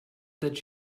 that